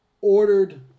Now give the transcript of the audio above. ordered